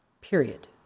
Period